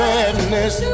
Sadness